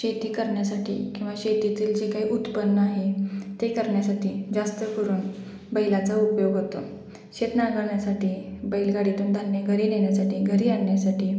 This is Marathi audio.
शेती करण्यासाठी किंवा शेतीतील जे काही उत्पन्न आहे ते करण्यासाठी जास्त करून बैलाचा उपयोग होतो शेत नांगरण्यासाठी बैलगाडीतून धान्य घरी नेण्यासाठी घरी आणण्यासाठी